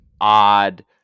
odd